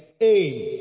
aim